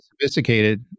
sophisticated